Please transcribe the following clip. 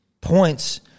points